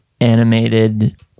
animated